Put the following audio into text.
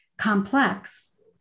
complex